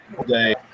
today